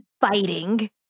fighting